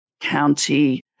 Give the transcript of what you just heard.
county